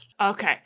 Okay